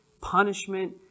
punishment